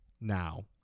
now